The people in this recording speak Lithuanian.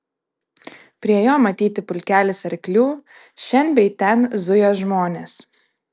prie jo matyti pulkelis arklių šen bei ten zuja žmonės